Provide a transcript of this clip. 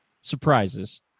surprises